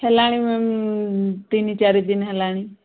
ହେଲାଣି ତିନି ଚାରି ଦିନ ହେଲାଣି